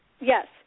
yes